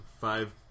five